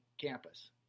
campus